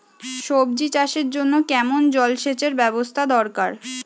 সবজি চাষের জন্য কেমন জলসেচের ব্যাবস্থা দরকার?